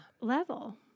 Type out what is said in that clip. level